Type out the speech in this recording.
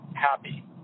happy